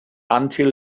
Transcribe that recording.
until